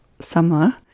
summer